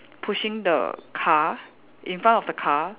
pushing the car in front of the car